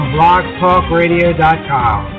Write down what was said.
BlogTalkRadio.com